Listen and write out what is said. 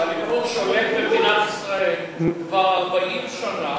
כשהליכוד שולט במדינת ישראל כבר 40 שנה,